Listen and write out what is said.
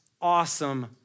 awesome